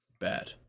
bad